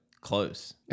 close